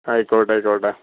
ആയിക്കോട്ടെ ആയിക്കോട്ടെ